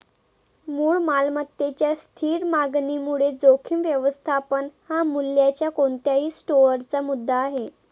मूळ मालमत्तेच्या स्थिर मागणीमुळे जोखीम व्यवस्थापन हा मूल्याच्या कोणत्याही स्टोअरचा मुद्दा आहे